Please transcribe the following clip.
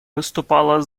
выступала